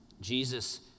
Jesus